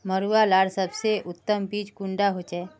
मरुआ लार सबसे उत्तम बीज कुंडा होचए?